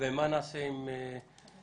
ומה נעשה עם ילד